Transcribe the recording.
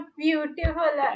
beautiful